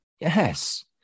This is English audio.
Yes